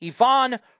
Ivan